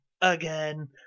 again